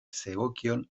zegokion